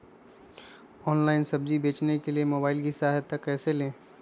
Online सब्जी बेचने के लिए मोबाईल की सहायता कैसे ले?